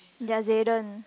ya Zyden